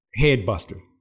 Headbuster